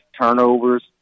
turnovers